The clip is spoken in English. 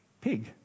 pig